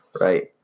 Right